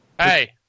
Hey